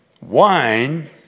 wine